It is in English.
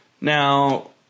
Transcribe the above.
Now